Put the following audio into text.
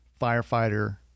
firefighter